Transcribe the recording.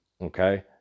okay